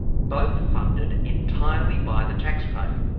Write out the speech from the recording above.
both funded entirely by the taxpayer?